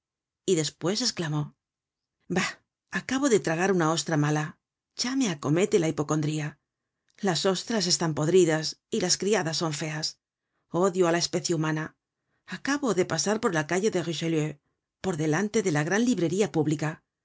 y despues esclamó bah acabo de tragar una ostra mala ya me acomete la hipocondría las ostras están podridas y las criadas son feas odio á la especie humana acabo de pasar por la calle de richelieu por delante de la gran librería pública